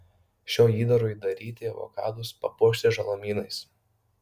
šiuo įdaru įdaryti avokadus papuošti žalumynais